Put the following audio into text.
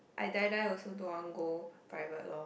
I die die also don't want go private loh